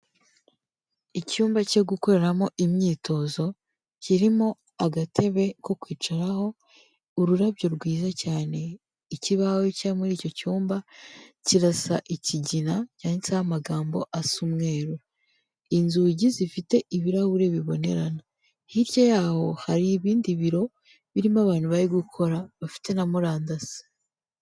Icyumba cyo gukoreramo imyitozo kirimo agatebe ko kwicaraho, ururabyo rwiza cyane, ikibaho kiba muri icyo cyumba kirasa ikigina cyandisteho amagambo asa umweru, inzugi zifite ibirahuri bibonerana, hirya yaho hari ibindi biro birimo abantu bari gukora bafite na murandasi.